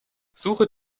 suche